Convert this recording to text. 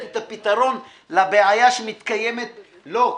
את הפתרון לבעיה כמתקיימת --- זאת אומרת,